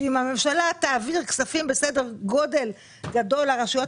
שאם הממשלה תעביר כספים בסדר גודל גדול לרשויות